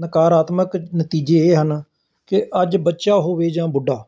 ਨਕਾਰਆਤਮਕ ਨਤੀਜੇ ਇਹ ਹਨ ਕਿ ਅੱਜ ਬੱਚਾ ਹੋਵੇ ਜਾਂ ਬੁੱਢਾ